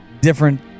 different